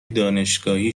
دانشگاهی